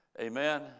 Amen